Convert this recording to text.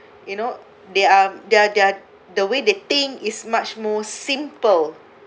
you know they are their their the way they think is much more simple